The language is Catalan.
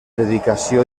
dedicació